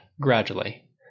gradually